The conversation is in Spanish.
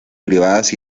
privadas